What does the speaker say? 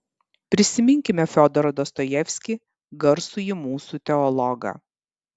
prisiminkime fiodorą dostojevskį garsųjį mūsų teologą